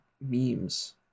memes